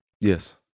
Yes